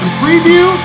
preview